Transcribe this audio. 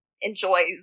enjoys